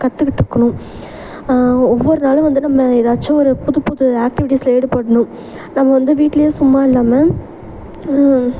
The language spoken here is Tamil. கற்றுக்கிட்ருக்கணும் ஒவ்வொரு நாளும் வந்து நம்ம ஏதாச்சும் ஒரு புது புது ஆக்டிவிட்டிஸில் ஈடுபடணும் நம்ம வந்து வீட்லையே சும்மா இல்லாமல்